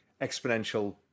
exponential